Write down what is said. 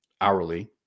hourly